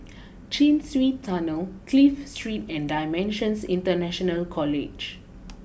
Chin Swee Tunnel Clive Street and dimensions International College